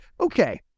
okay